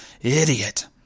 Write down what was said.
Idiot